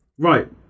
Right